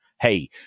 hey